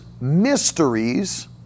mysteries